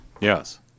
Yes